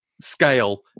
scale